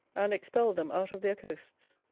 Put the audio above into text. and expelled them out of their coasts.